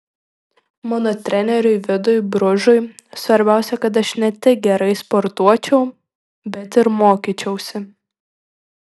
mano treneriui vidui bružui svarbiausia kad aš ne tik gerai sportuočiau bet ir mokyčiausi